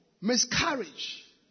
miscarriage